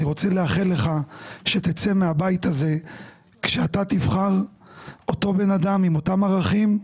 אני רוצה לאחל לך שתצא מהבית הזה כשאתה תבחר אותו בן אדם עם אותם ערכים,